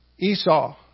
Esau